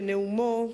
בנאומו,